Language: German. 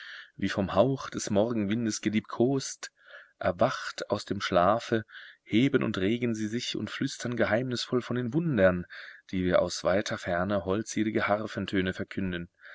wie vom hauch des morgenwindes geliebkost erwacht aus dem schlafe heben und regen sie sich und flüstern geheimnisvoll von den wundern die wie aus weiter ferne holdselige harfentöne verkünden